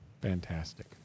Fantastic